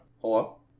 Hello